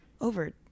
over